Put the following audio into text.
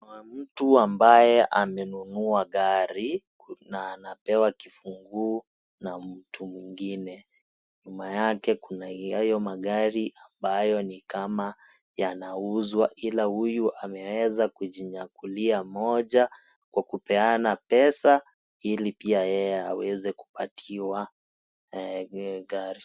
Kuna mtu ambaye amenunua gari, na anapewa kifunguu na nmtu mwingine. Nyuma yake kuna hayo magari ambayo ni kama yanauzwa ila huyu ameweza kujinyakulia moja kwa kupeana pesa ili pia yeye aweze kupatiwa gari.